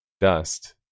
dust